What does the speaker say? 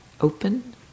open